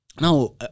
Now